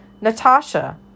Natasha